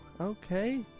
okay